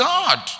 God